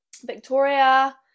Victoria